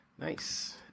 Nice